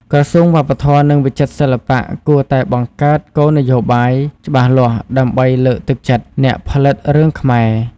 ក្រសួងវប្បធម៌ និងវិចិត្រសិល្បៈគួរតែបង្កើតគោលនយោបាយច្បាស់លាស់ដើម្បីលើកទឹកចិត្តអ្នកផលិតរឿងខ្មែរ។